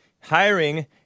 Hiring